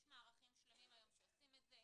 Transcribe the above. יש היום מערכים שלמים היום שעושים את זה.